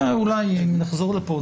זה אולי אם נחזור לפה,